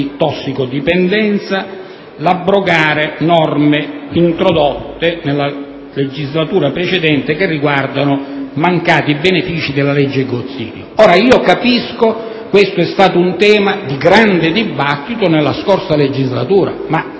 tossicodipendenza, all'abrogazione di norme introdotte nella legislatura precedente che riguardano mancati benefici della legge Gozzini. Capisco che questo è stato un tema di grande dibattito nella scorsa legislatura, ma